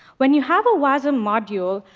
when you have a wasm module,